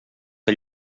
que